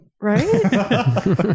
right